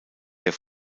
der